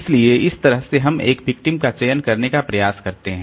इसलिए इस तरह हम एक विक्टिम का चयन करने का प्रयास करते हैं